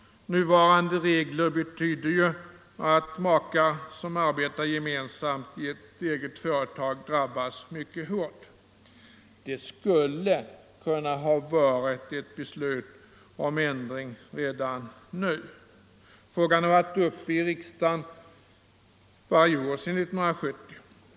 Nuvarande regler innebär att makar som arbetar gemensamt i ett eget företag drabbas mycket hårt. Här skulle redan ett beslut om ändring kunna ha funnits. Frågan har varit uppe i riksdagen varje år sedan 1970.